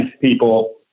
people